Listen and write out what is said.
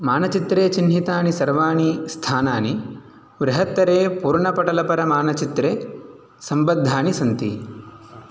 मानचित्रे चिह्नितानि सर्वाणि स्थानानि बृहत्तरे पूर्णपटलपरमानचित्रे सम्बद्धानि सन्ति